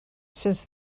since